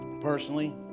personally